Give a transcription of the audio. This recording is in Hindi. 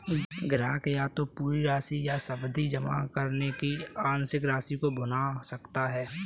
ग्राहक या तो पूरी राशि या सावधि जमा की आंशिक राशि को भुना सकता है